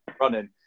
running